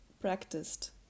practiced